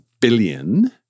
billion